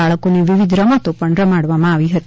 બાળકોને વિવિધ રમતો પણ રમાડવામાં આવી હતી